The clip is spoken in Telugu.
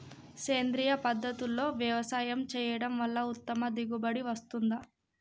సేంద్రీయ పద్ధతుల్లో వ్యవసాయం చేయడం వల్ల ఉత్తమ దిగుబడి వస్తుందా?